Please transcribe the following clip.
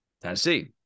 Tennessee